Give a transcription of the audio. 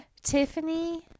Tiffany